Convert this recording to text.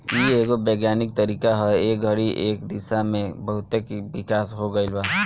इ एगो वैज्ञानिक तरीका ह ए घड़ी ए दिशा में बहुते विकास हो गईल बा